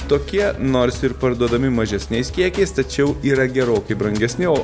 tokie nors ir parduodami mažesniais kiekiais tačiau yra gerokai brangesni o